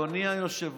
תן לי, אדוני היושב-ראש.